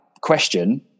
question